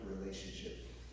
relationship